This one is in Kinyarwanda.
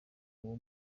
uwo